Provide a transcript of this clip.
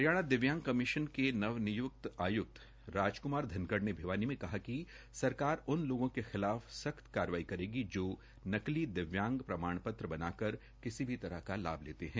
हरियाणा दिव्यांग कमीशन ने नवनियुक्त आयुक्त राजक्मार मक्कड़ ने भिवानी में कहा कि सरकार उन लोगों के खिलाफ सख्त कार्यवाही करेगी जो नकली दिव्यांग प्रमाण त्र बनाकर किसी भी तरह का लाभ लेते है